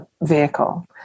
vehicle